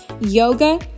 yoga